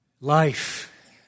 Life